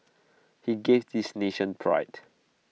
he gave this nation pride